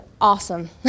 awesome